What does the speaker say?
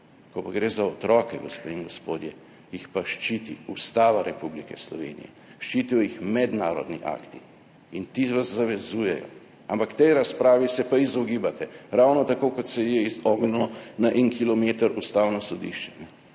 ko pa gre za otroke, gospe in gospodje, jih pa ščiti Ustava Republike Slovenije, ščitijo jih mednarodni akti in ti vas zavezujejo, ampak tej razpravi se pa izogibate. Ravno tako, kot se ji je izognil na en kilometer Ustavno sodišče,